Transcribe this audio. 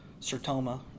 Sertoma